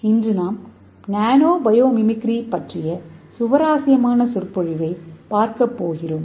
இன்று நாம் nano biomimicry பற்றிய சுவாரஸ்யமான சொற்பொழிவைப் பார்க்கப்போகிறோம்